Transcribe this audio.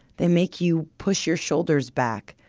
they make you push your shoulders back,